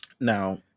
now